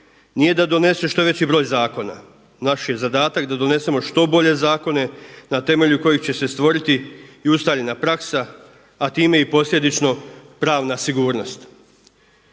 nije da donese što veći broj zakona. Naš je zadatak da donesemo što bolje zakone na temelju kojih će se stvoriti i ustaljena praksa, a time i posljedično pravna sigurnost.